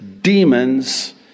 demons